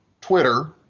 Twitter